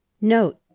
Note